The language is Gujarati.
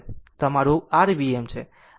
તો હવે આ મારું r Vm છે